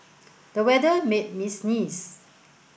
the weather made me sneeze